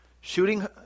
shooting